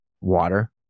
water